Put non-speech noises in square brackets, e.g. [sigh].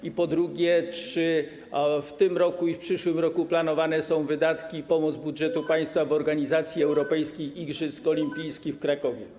I, po drugie, czy w tym roku i w przyszłym roku planowane są wydatki i pomoc budżetu państwa [noise] w organizacji europejskich igrzysk olimpijskich w Krakowie?